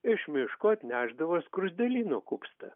iš miško atnešdavo skruzdėlyno kupstą